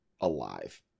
alive